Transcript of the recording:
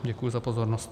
Děkuji za pozornost.